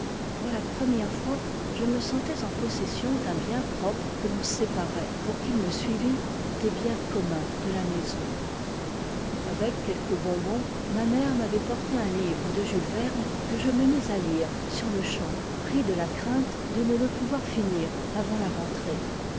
pour la première fois je me sentais en possession d'un bien propre que l'on séparait pour qu'il me suivit des bions communs de la maison avec quelques bonbons ma mère m'avait porté un livre de jules verne que je me mis à lire sur le champ pris de la crainte de ne le pouvoir finir avant la rentrée